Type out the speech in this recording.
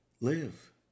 live